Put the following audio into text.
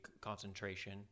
concentration